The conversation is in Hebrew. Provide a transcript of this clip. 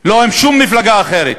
לא עם שום מפלגה אחרת.